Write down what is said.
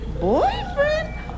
Boyfriend